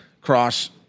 cross